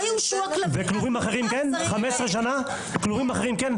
וכלובים אחרים כן?